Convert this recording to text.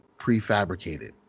prefabricated